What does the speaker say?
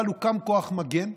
אבל הוקם כוח מגן,